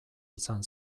izan